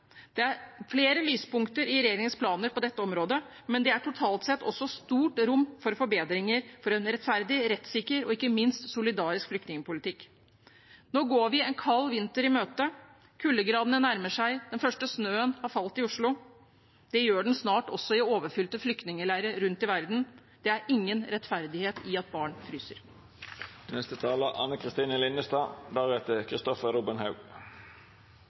Det er flere lyspunkter i regjeringens planer på dette området, men det er totalt sett også stort rom for forbedringer for en rettferdig, rettssikker og ikke minst solidarisk flyktningpolitikk. Nå går vi en kald vinter i møte. Kuldegradene nærmer seg, og den første snøen har falt i Oslo. Det gjør den snart også i overfylte flyktningleirer rundt om i verden. Det er ingen rettferdighet i at barn